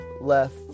left